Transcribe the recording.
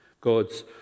God's